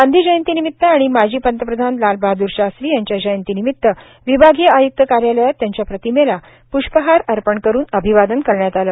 गांधी जयंती निमित आणि माजी पंतप्रधान लाल बहाद्र शास्त्री यांच्या जयंती निमित विभागीय आयुक्त कार्यालयात त्यांच्या प्रतिमेला पुष्पहार अर्पण करून अभिवादन करण्यात आलं